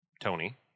Tony